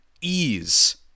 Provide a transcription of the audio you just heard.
ease